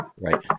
right